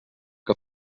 que